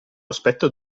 aspetto